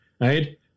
right